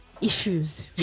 issues